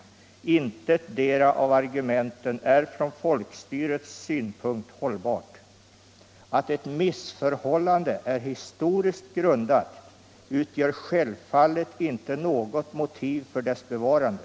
Intetdera av argumenten 4 juni 1976 är från folkstyrets synpunkt hållbart. Att ett missförhållande är historiskt grundat utgör självfallet icke något motiv för dess bevarande.